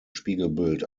spiegelbild